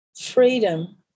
freedom